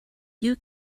you